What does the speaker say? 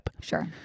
Sure